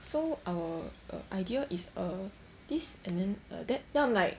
so our err idea is a this and then err that then I'm like